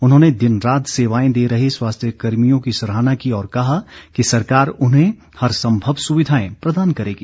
उन्होंने दिन रात सेवाएं दे रहे स्वास्थ्य कर्मियों की सराहना की और कहा कि सरकार उन्हें हर संभव सुविधाएं प्रदान करेगी